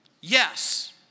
yes